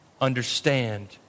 understand